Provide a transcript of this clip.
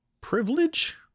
privilege